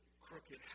crooked